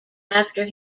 after